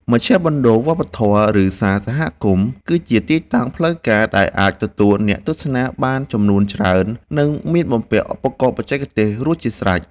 មជ្ឈមណ្ឌលវប្បធម៌ ឬសាលសហគមន៍ គឺជាទីតាំងផ្លូវការដែលអាចទទួលអ្នកទស្សនាបានចំនួនច្រើន និងមានបំពាក់ឧបករណ៍បច្ចេកទេសរួចជាស្រេច។